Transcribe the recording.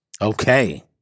Okay